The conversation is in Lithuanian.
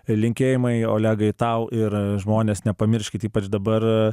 linkėjimai olegai tau ir žmonės nepamirškit ypač dabar